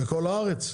בכל הארץ?